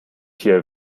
hier